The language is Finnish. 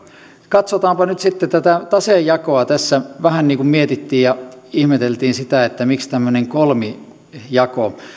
katsotaanpa nyt sitten tätä taseenjakoa tässä vähän mietittiin ja ihmeteltiin sitä että miksi on tämmöinen kolmijako